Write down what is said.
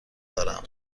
دارم